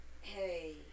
Hey